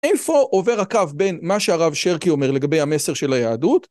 איפה עובר הקו בין מה שהרב שרקי אומר לגבי המסר של היהדות?